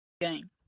game